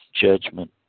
judgment